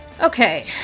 Okay